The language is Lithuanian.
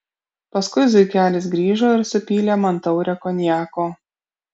paskui zuikelis grįžo ir supylė man taurę konjako